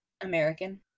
American